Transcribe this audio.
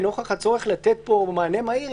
ונוכח הצורך לתת פה מענה מהיר,